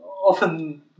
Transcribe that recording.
often